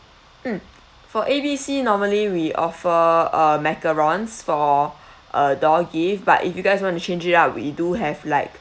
mm for A B C normally we offer uh macarons for a door gift but if you guys want to change it up we do have like